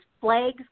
flags